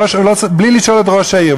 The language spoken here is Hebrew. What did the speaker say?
בלי לשאול את ראש העיר.